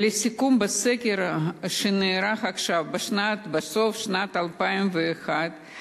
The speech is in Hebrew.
לסיכום, בסקר שנערך עכשיו, בסוף שנת 2011,